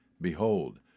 Behold